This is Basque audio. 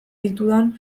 ditudan